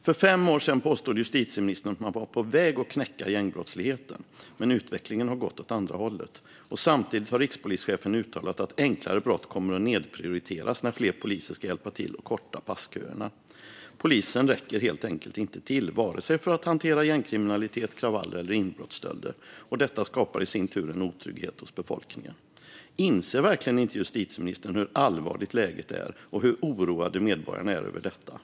För fem år sedan påstod justitieministern att man var på väg att knäcka gängbrottsligheten. Men utvecklingen har gått åt andra hållet. Samtidigt har rikspolischefen uttalat att enklare brott kommer att nedprioriteras när fler poliser ska hjälpa till att korta passköerna. Polisen räcker helt enkelt inte till för att hantera vare sig gängkriminalitet, kravaller eller inbrottsstölder. Detta skapar i sin tur en otrygghet hos befolkningen. Inser verkligen inte justitieministern hur allvarligt läget är och hur oroade medborgarna är över detta?